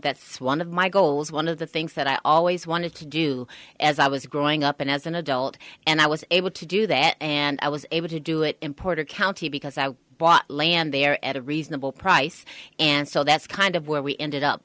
that's one of my goals one of the things that i always wanted to do as i was growing up and as an adult and i was able to do that and i was able to do it in puerto county because i bought land there at a reasonable price and so that's kind of where we ended up